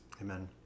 Amen